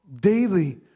daily